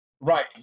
Right